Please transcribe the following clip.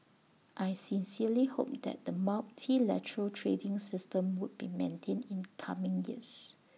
I sincerely hope that the multilateral trading system would be maintained in coming years